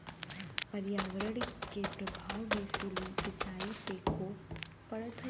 पर्यावरण के प्रभाव भी सिंचाई पे खूब पड़त हउवे